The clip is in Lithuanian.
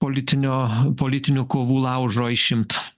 politinio politinių kovų laužo išimt